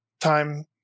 time